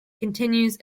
continues